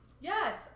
Yes